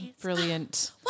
Brilliant